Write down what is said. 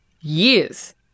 years